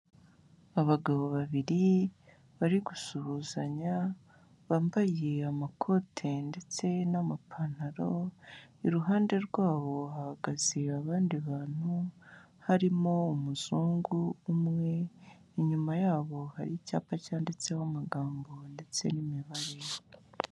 Abagabo babiri barigusuhuzanya bambaye amakote ndetse n'amapantaro. Iruhande rwabo hahagaze abandi bantu, harimo umuzungu umwe. Inyuma yabo hari icyapa cyanditseho amagambo ndetse n'imibare.